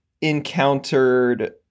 encountered